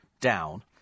down